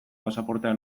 pasaportea